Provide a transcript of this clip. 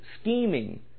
scheming